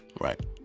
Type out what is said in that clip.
Right